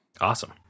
awesome